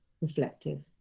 reflective